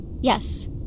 Yes